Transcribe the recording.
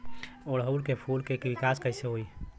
ओड़ुउल के फूल के विकास कैसे होई?